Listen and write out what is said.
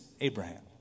Abraham